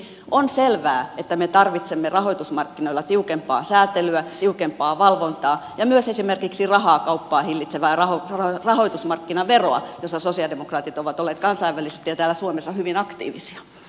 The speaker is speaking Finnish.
on selvää että me tarvitsemme rahoitusmarkkinoilla tiukempaa sääntelyä tiukempaa valvontaa ja myös esimerkiksi rahakauppaa hillitsevää rahoitusmarkkinaveroa jonka suhteen sosialidemokraatit ovat olleet kansainvälisesti ja täällä suomessa hyvin aktiivisia